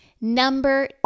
Number